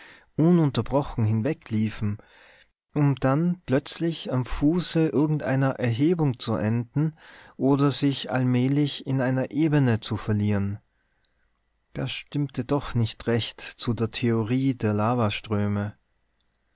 ununterbrochen hinwegliefen um dann plötzlich am fuße irgendeiner erhebung zu enden oder sich allmählich in einer ebene zu verlieren das stimmte doch nicht recht zu der theorie der lavaströme